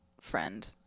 friend